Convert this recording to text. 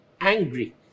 angry